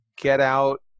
get-out